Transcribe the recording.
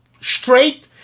straight